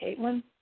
Caitlin